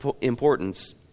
importance